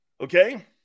Okay